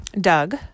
Doug